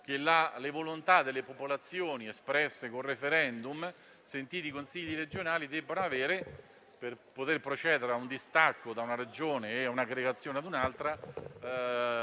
che le volontà delle popolazioni, espresse con *referendum*, sentiti i Consigli regionali, debbano avere, per poter procedere a un distacco da una Regione e all'aggregazione ad un'altra,